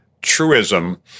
truism